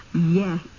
Yes